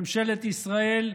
ממשלת ישראל,